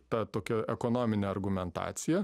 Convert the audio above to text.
ta tokia ekonominė argumentacija